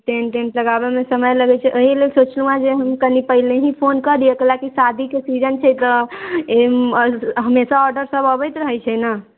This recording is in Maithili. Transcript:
टेन्ट वेन्ट लगाबैमे समय लगै छै एहि लेल सोचलहुँ अइ जे कनि पहिलहि फोन कऽ दिअ काहे लऽ कऽ शादीके सीजन छै तऽ हमेशा ऑडरसब अबैत रहै छै ने